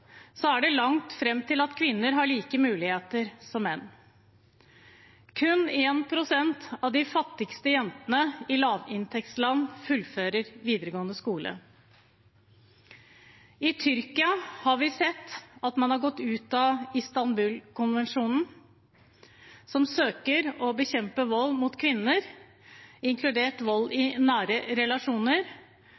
er det langt fram til at kvinner har like muligheter som menn. Kun 1 pst. av de fattigste jentene i lavinntektsland fullfører videregående skole. Vi har sett at Tyrkia har gått ut av Istanbul-konvensjonen, som søker å bekjempe vold mot kvinner, inkludert vold i